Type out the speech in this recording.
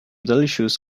delicious